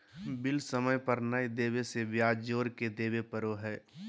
bill समय पर नयय देबे से ब्याज जोर के देबे पड़ो हइ